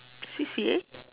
C_C_A